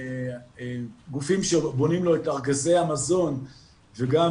גופים שבונים לו את ארגזי המזון וגם